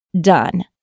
done